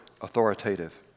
authoritative